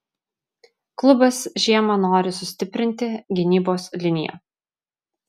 klubas žiemą nori sustiprinti gynybos liniją